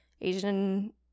Asian